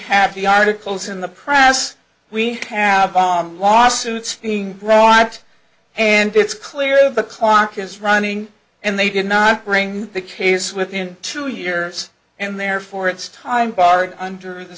have the articles in the press we have bomb lawsuits feeling grow out and it's clear the clock is running and they did not bring the case within two years and therefore it's time barred under the